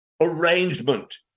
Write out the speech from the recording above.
arrangement